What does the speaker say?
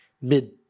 mid